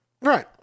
Right